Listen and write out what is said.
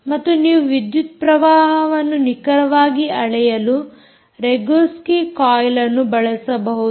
ಮತ್ತು ನೀವು ವಿದ್ಯುತ್ ಪ್ರವಾಹವನ್ನು ನಿಖರವಾಗಿ ಅಳೆಯಲು ರೊಗೊಸ್ಕಿ ಕಾಯಿಲ್ಅನ್ನು ಬಳಸಬಹುದು